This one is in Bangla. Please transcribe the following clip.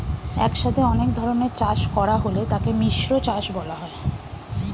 একসাথে অনেক ধরনের চাষ করা হলে তাকে মিশ্র চাষ বলা হয়